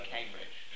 Cambridge